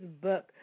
book